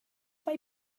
mae